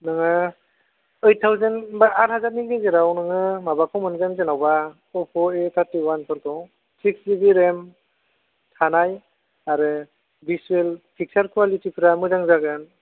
नोङो eight thousand एबा आठ हाजारनि गेजेराव नोङो माबाखौ मोनगोन जेनोबा अफ' ए थारटि वानफोरखौ सिक्स जिबि रेम थानाय आरो भिसुयेल पिकसार क'वालिटिफ्रा मोजां जागोन